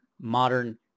Modern